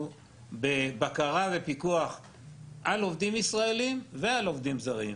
בבקרה ופיקוח על עובדים ישראליים ועל עובדים זרים.